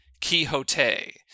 quixote